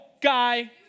guy